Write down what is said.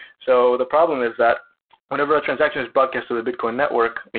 so the problem is that whenever a transaction is broadcast to the bitcoin network,